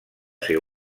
ser